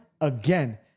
again